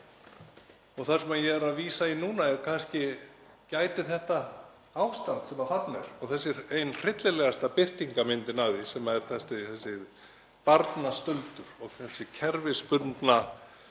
Það sem ég er að vísa í núna er kannski: Gæti þetta ástand sem þarna er og þessi ein hryllilegasta birtingarmynd af því, sem er þessi barnastuldur og kerfisbundna